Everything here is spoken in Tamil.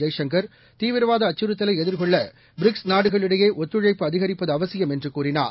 ஜெய்சங்கர் தீவிரவாத இந்தக் அச்சுறுத்தலை எதிர்கொள்ள பிரிக்ஸ் நாடுகளிடையே ஒத்துழைப்பு அதிகரிப்பது அவசியம் என்று கூறினார்